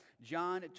John